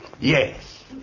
Yes